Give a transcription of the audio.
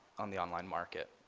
on the online market.